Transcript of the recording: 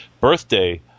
birthday